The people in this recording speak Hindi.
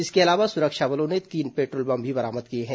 इसके अलावा सुरक्षा बलों ने तीन पेट्रोल बम भी बरामद किए हैं